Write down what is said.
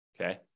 okay